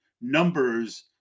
numbers